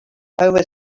over